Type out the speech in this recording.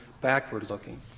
backward-looking